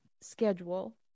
schedule